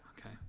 okay